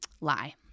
lie